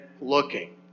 looking